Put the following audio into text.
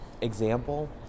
example